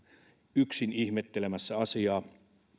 yksin ihmettelemässä asiaa